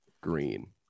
green